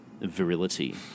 virility